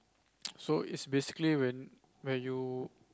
so it's basically when where you